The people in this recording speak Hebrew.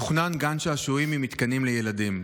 תוכנן גן שעשועים עם מתקנים לילדים.